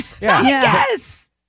Yes